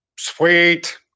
Sweet